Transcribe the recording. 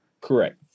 correct